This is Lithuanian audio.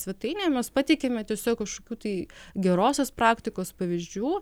svetainėje mes pateikiame tiesiog kažkokių tai gerosios praktikos pavyzdžių